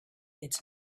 its